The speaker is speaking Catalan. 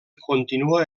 continua